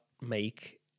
make